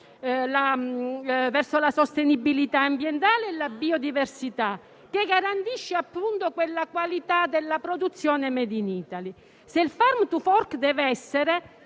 verso la sostenibilità ambientale e la biodiversità, che garantiscono appunto la qualità della produzione *made in Italy*. Se il Farm to fork deve essere,